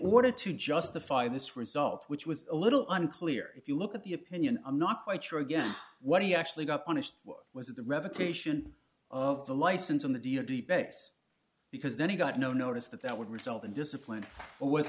order to justify this result which was a little unclear if you look at the opinion i'm not quite sure again what he actually got punished was the revocation of the license on the d a d base because then he got no notice that that would result in discipline